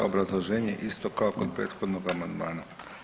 Obrazloženje je isto kao kod prethodnog amandmana.